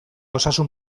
osasun